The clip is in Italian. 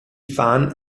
fan